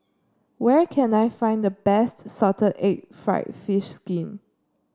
where can I find the best Salted Egg fried fish skin